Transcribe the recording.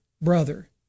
brother